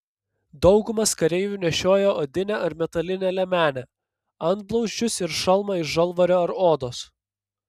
daugumas kareivių nešiojo odinę ar metalinę liemenę antblauzdžius ir šalmą iš žalvario ar odos